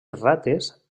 rates